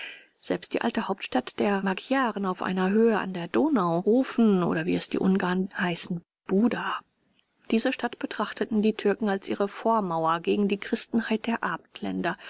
selbst die alte hauptstadt der magyaren auf einer höhe an der donau ofen oder wie es die ungarn heißen buda diese stadt betrachteten die türken als ihre vormauer gegen die christenheit der